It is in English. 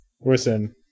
Listen